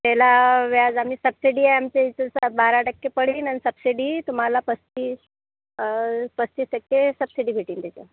त्याला व्याज आम्ही सबसिडी आणि ते तसा बारा टक्के पडीन आणि सबसिडी तुम्हाला पस्तीस पस्तीस टक्के सबसिडी भेटीन त्याचं